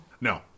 No